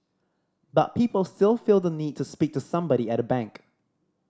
but people still feel the need to speak to somebody at a bank